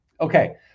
Okay